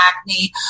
acne